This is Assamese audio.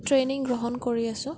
ট্ৰেইনিং গ্ৰহণ কৰি আছোঁ